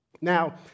Now